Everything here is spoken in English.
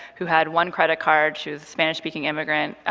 who had one credit card. she was a spanish-speaking immigrant.